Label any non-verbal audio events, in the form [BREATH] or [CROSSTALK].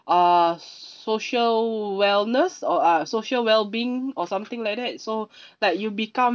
uh social wellness or uh social wellbeing or something like that so [BREATH] like you become